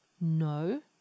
No